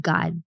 God